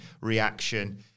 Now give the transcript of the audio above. reaction